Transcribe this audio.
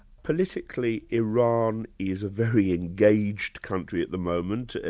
politically, iran is a very engaged country at the moment,